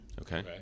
Okay